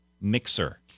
Mixer